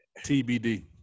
TBD